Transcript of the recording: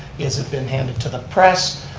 is it been handed to the press?